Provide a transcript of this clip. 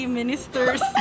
minister's